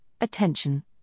attention